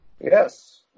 yes